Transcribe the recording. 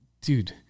dude